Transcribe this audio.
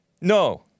No